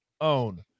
own